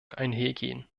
einhergehen